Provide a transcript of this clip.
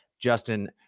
Justin